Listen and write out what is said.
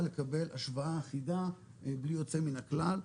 לקבל השוואה אחידה בלי יוצא מן הכלל,